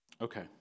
Okay